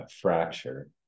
fracture